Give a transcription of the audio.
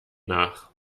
nach